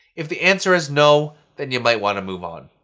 if the answer is no, then you might want to move on.